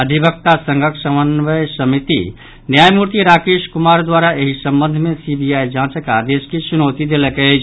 अधिवक्ता संघक समन्वय समिति न्यायमूर्ति राकेश कुमार द्वारा एहि संबंध मे सीबीआई जांचक आदेश के चुनौती देलक अछि